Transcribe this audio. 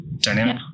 dynamic